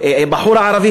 הבחור הערבי,